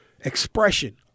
expression